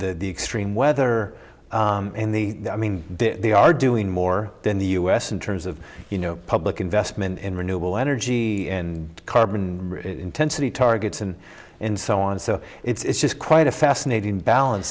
the extreme weather in the i mean they are doing more than the us in terms of you know public investment in renewable energy in carbon intensity targets and and so on and so it's just quite a fascinating balance